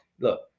Look